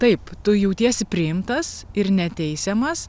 taip tu jautiesi priimtas ir neteisiamas